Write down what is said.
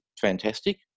fantastic